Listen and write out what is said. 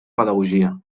pedagogia